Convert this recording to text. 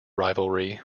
rivalry